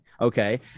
Okay